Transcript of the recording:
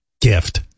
gift